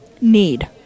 need